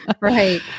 right